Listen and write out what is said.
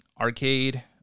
Arcade